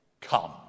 Come